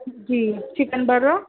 جی chicken برا